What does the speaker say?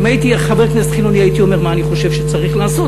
אם הייתי חבר כנסת חילוני הייתי אומר מה אני חושב שצריך לעשות,